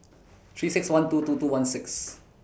three six one two two two one six